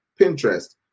Pinterest